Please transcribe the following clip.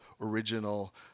original